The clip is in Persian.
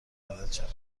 وارد